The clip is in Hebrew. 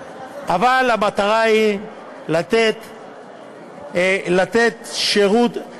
אבל המטרה היא לתת שירות.